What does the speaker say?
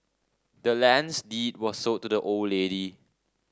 the land's deed was sold to the old lady